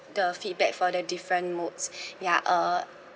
the feedback for the different modes ya uh